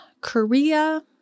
Korea